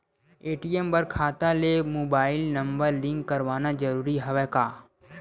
ATM बर खाता ले मुबाइल नम्बर लिंक करवाना ज़रूरी हवय का?